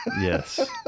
Yes